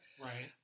Right